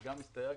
גם הסתייגתי.